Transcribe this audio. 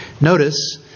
Notice